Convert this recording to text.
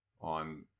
on